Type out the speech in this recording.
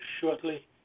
shortly